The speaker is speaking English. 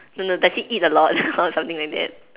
no no does he eat a lot or something like that